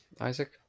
Isaac